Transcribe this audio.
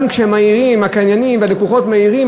גם כשהקניינים והלקוחות מעירים,